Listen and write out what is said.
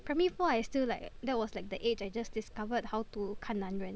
primary four I still like that was like the age I just discovered how to 看男人